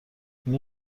اینا